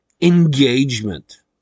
engagement